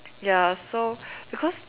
ya so because